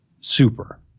super